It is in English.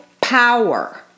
power